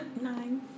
nine